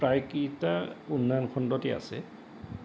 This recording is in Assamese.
প্ৰায়কেইটা উন্নয়ন খণ্ডতেই আছে